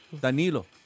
Danilo